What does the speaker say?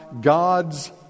God's